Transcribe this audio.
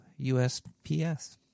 USPS